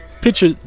picture